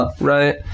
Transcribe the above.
right